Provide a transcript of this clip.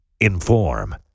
inform